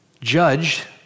judged